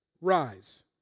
rise